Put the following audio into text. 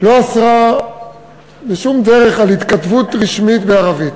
לא אסרה בשום דרך התכתבות רשמית בערבית.